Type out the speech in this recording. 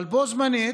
אבל בו זמנית